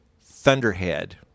thunderhead